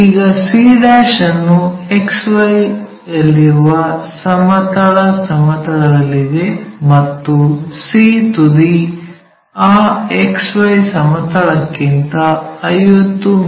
ಈಗ c ಅನ್ನು XY ಯಲ್ಲಿರುವ ಸಮತಲ ಸಮತಲದಲ್ಲಿದೆ ಮತ್ತು c ತುದಿ ಆ XY ಸಮತಲಕ್ಕಿಂತ 50 ಮಿ